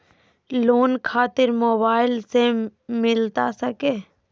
Loan खातिर mobile से मिलता सके?